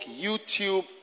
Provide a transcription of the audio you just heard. YouTube